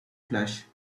flesh